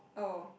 oh